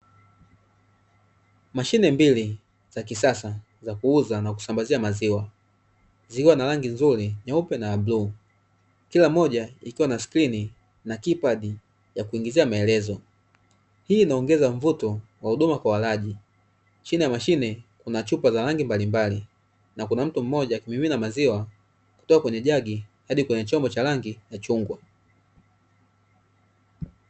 Mashine mbili za kisasa za kuuza na kusambazia maziwa, zikiwa na rangi nzuri nyeupe na bluu, kila moja ikiwa na skirini na kipadi ya kuingizia maelezo. Hii inaongeza mvuto wa huduma kwa walaji, chini ya mashine kuna chupa za rangi mbalimbali na kuna mtu mmoja akimimina maziwa kutoka kwenye jagi hadi kwenye chombo cha rangi ya chungwa.